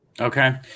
Okay